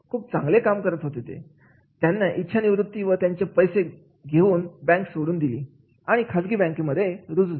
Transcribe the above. खूप चांगले काम करत होते त्यांनी इच्छा निवृत्ती व त्याचे पैसे घेऊन बँक सोडून दिली आणि खाजगी बँक मध्ये रुजू झाले